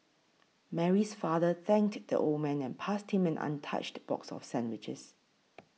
Mary's father thanked the old man and passed him an untouched box of sandwiches